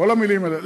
כל המילים האלה.